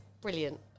brilliant